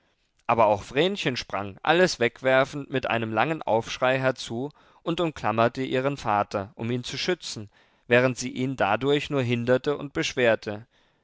aber auch vrenchen sprang alles wegwerfend mit einem langen aufschrei herzu und umklammerte ihren vater um ihn zu schützen während sie ihn dadurch nur hinderte und beschwerte